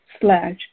slash